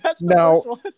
Now